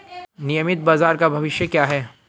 नियमित बाजार का भविष्य क्या है?